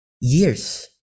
years